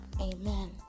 Amen